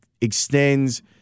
extends